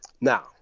Now